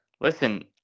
listen